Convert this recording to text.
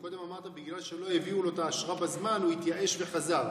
קודם אמרת: בגלל שלא הביאו לו את האשרה בזמן הוא התייאש וחזר,